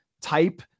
type